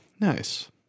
Nice